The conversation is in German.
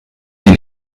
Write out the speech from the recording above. den